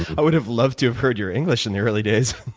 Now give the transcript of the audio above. i would have loved to have heard your english in the early days.